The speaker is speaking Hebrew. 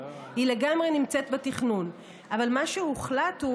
היא לגמרי נמצאת בתכנון, אבל מה שהוחלט,